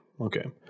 Okay